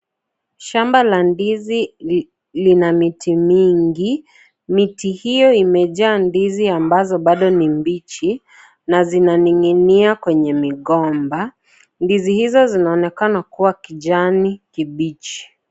Shamba la ndizi lina miti mingi. Miti hiyo imejaa ndizi ambazo bado ni mbichi na zinaning'inia kwenye migomba. Ndizi hizo zinaonekana kuwa kijani kibichi.